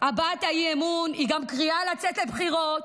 הבעת האי-אמון היא גם קריאה לצאת לבחירות.